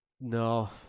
no